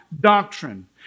doctrine